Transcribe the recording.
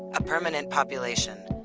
a permanent population,